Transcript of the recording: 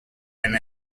and